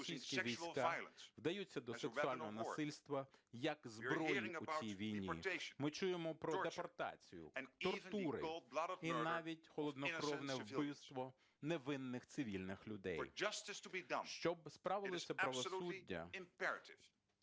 що російські війська вдаються до сексуального насильства як зброї у цій війні. Ми чуємо про депортацію, тортури і навіть холоднокровне вбивство невинних цивільних людей. Щоб справилося правосуддя,